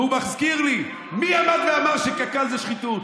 והוא מזכיר לי: מי עמד ואמר שקק"ל זה שחיתות?